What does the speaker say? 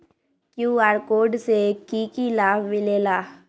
QR code से कि कि लाव मिलेला?